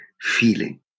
feeling